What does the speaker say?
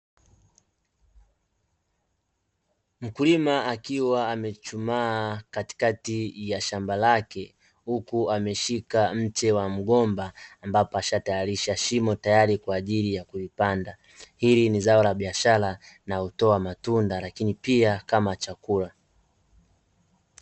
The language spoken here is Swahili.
Mkulima akiwa amechuchumaa katikati ya shamba lake huku ameshika mche wa mgomba, ambapo ameshatayarisha shimo tayari kwa ajili ya kuipanda. Hili ni zao la biashara linalotoa matunda, lakini pia kama chakula.